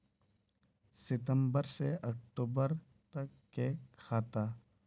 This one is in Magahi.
सितम्बर से अक्टूबर तक के खाता?